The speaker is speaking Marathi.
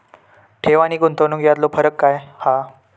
ठेव आनी गुंतवणूक यातलो फरक काय हा?